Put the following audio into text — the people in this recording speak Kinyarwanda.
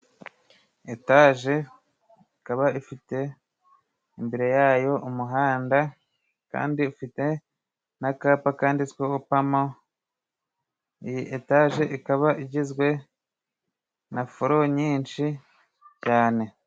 Etaje ikaba ifite imbere yayo umuhanda, kandi ifite n'akapa kanditsweho pama, iyi etaje ikaba igizwe na foro nyinshi cyane.